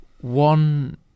one